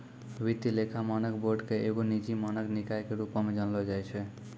वित्तीय लेखा मानक बोर्ड के एगो निजी मानक निकाय के रुपो मे जानलो जाय छै